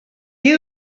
qui